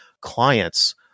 clients